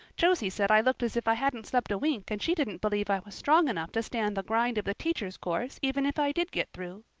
josie said i looked as if i hadn't slept a wink and she didn't believe i was strong enough to stand the grind of the teacher's course even if i did get through.